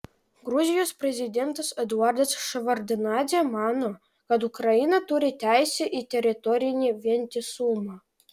gruzijos prezidentas eduardas ševardnadzė mano kad ukraina turi teisę į teritorinį vientisumą